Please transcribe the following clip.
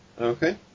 Okay